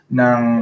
ng